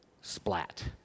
splat